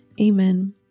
Amen